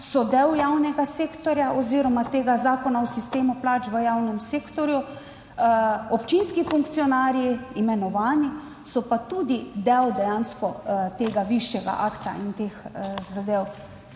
so del javnega sektorja oziroma tega Zakona o sistemu plač v javnem sektorju. Občinski funkcionarji imenovani so pa tudi del dejansko tega višjega akta in teh zadev.